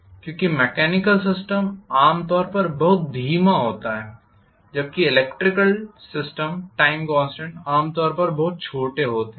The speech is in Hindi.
क्योंकि मैकेनिकल सिस्टम आम तौर पर बहुत धीमा होता है जबकि इलेक्ट्रिकल सिस्टम टाइम कॉन्स्टेंट आमतौर पर बहुत छोटे होते हैं